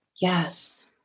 Yes